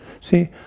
See